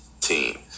team